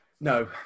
No